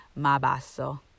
Mabasso